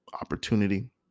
opportunity